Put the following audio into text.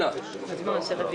לא להפריע.